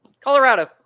Colorado